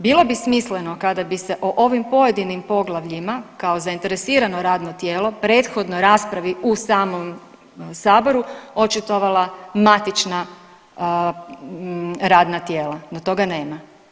Bilo bi smisleno kada bi se o ovim pojedinim poglavljima kao zainteresirano radno tijelo, prethodno raspravi u samom Saboru, očitovala matična radna tijela, no toga nema.